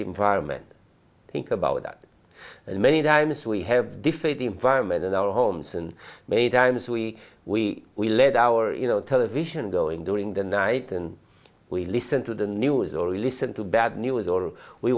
environment think about that and many times we have different environment in our homes and maiden's we we we lead our you know television going during the night and we listen to the news or listen to bad news or we